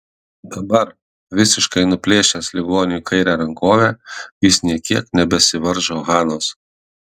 dabar visiškai nuplėšęs ligoniui kairę rankovę jis nė kiek nebesivaržo hanos